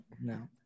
No